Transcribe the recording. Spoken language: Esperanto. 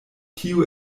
tio